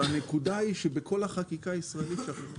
העניין הוא שבכל החקיקה הישראלית שכחו